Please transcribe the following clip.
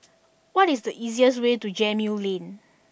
what is the easiest way to Gemmill Lane